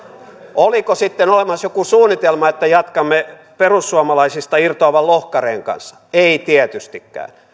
oliko sitten olemassa joku suunnitelma että jatkamme perussuomalaisista irtoavan lohkareen kanssa ei tietystikään